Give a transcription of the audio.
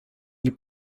nie